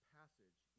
passage